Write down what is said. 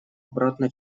обратно